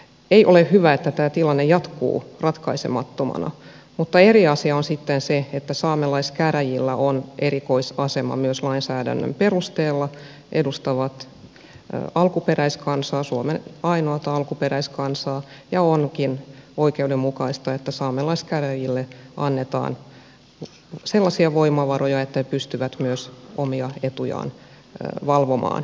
ei ole hyvä että tämä tilanne jatkuu ratkaisemattomana mutta eri asia on sitten se että saamelaiskäräjillä on erikoisasema myös lainsäädännön perusteella ne edustavat suomen ainoata alkuperäiskansaa ja onkin oikeudenmukaista että saamelaiskäräjille annetaan sellaisia voimavaroja että he pystyvät myös omia etujaan valvomaan